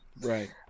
Right